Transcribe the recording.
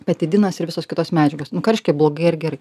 petidinas ir visos kitos medžiagos nu ką reiškia blogai ar gerai